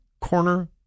corner